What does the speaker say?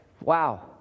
Wow